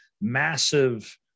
massive